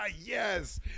yes